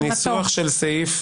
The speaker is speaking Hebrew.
הניסוח של הסעיף,